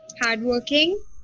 Hardworking